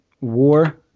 war